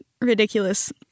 ridiculous